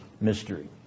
mystery